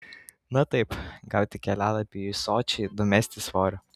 na taip gauti kelialapį į sočį numesti svorio